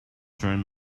turn